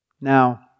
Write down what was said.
Now